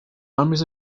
armies